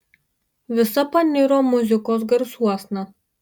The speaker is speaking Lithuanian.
visa paniro muzikos garsuosna